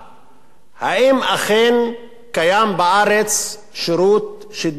האם אכן קיים בארץ שירות שידור ציבורי?